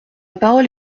parole